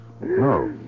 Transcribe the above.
No